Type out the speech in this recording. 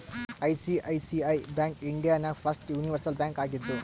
ICICI bank India ನಾಗ್ first universal bank ಆಗಿದ್ದು